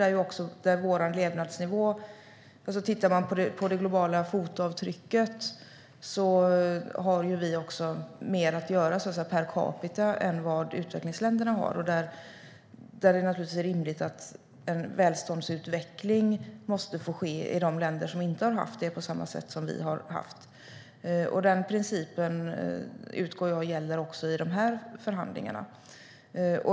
Med tanke på vår levnadsnivå och vårt globala fotavtryck har vi också mer att göra per capita än vad utvecklingsländerna har. Det är naturligtvis rimligt att en välståndsutveckling får ske i de länder som inte har haft en sådan på samma sätt som vi. Den principen utgår jag från gäller också i de här förhandlingarna.